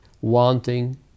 wanting